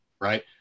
right